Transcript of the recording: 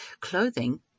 clothing